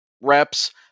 reps